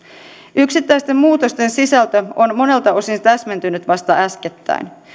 yksittäisten muutosten sisältö on monelta osin täsmentynyt vasta äskettäin